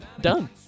done